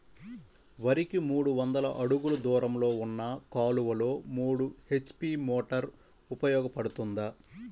వరికి మూడు వందల అడుగులు దూరంలో ఉన్న కాలువలో మూడు హెచ్.పీ మోటార్ ఉపయోగపడుతుందా?